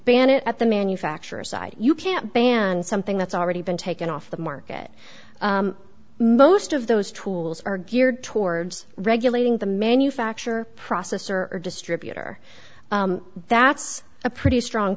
ban it at the manufacturers site you can't ban something that's already been taken off the market most of those tools are geared towards regulating the manufacture process or distributor that's a pretty strong